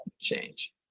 change